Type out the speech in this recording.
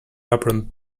apron